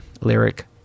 lyric